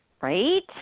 right